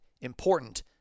important